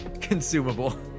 Consumable